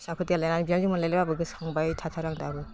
फिसाफोर देलायनानै बिहामजो मोनलायलायबाबो गोसोखांबाय थाथारो आं दाबो